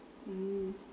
mm